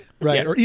Right